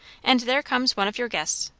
and there comes one of your guests.